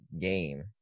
game